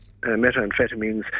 methamphetamines